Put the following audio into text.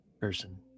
person